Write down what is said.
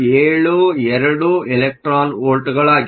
772 electron ವೋಲ್ಟ್ಗಳಾಗಿದೆ